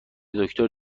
دکتر